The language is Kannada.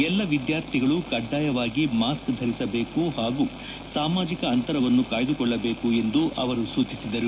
ಎಲ್ಲಾ ವಿದ್ಯಾರ್ಥಿಗಳು ಕಡ್ವಾಯವಾಗಿ ಮಾಸ್ಕ್ ಧರಿಸಬೇಕು ಹಾಗೂ ಸಾಮಾಜಕ ಅಂತರವನ್ನು ಕಾಯ್ದುಕೊಳ್ಳಬೇಕು ಎಂದು ಅವರು ಸೂಚಿಸಿದರು